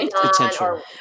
Potential